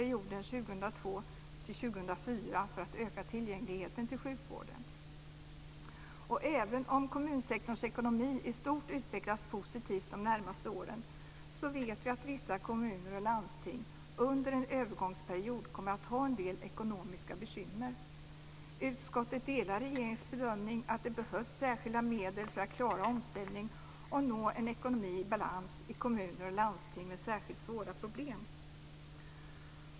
I för att öka tillgängligheten till sjukvården. Även om kommunsektorns ekonomi i stort utvecklas positivt de närmaste åren vet vi att vissa kommuner och landsting under en övergångsperiod kommer att ha en del ekonomiska bekymmer. Utskottet delar regeringens bedömning att det behövs särskilda medel för att klara en omställning och nå en ekonomi i balans i kommuner och landsting med särskilt svåra problem.